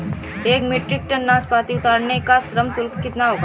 एक metric tonne नाशपाती उतारने का श्रम शुल्क कितना होगा?